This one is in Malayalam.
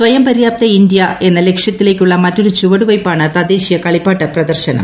സ്വയം പര്യാപ്ത ഇന്ത്യ എന്ന ലക്ഷ്യത്തിലേക്കുള്ള മറ്റൊരു ചുവടുവയ്പ്പാണ് തദ്ദേശീയ കളിപ്പാട്ട പ്രദർശനം